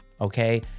okay